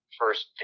first